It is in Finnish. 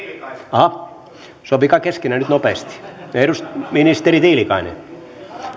aha sopikaa keskenänne nyt nopeasti päättäväisyyttä päättäväisyyttä ministeri tiilikainen